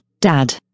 dad